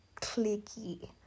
clicky